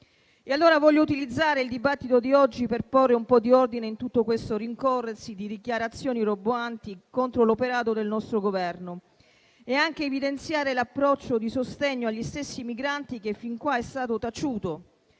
E allora voglio utilizzare il dibattito di oggi per porre un po' di ordine in tutto questo rincorrersi di dichiarazioni roboanti contro l'operato del nostro Governo e per evidenziare l'approccio di sostegno agli stessi migranti che fin qua è stato taciuto,